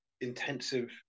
intensive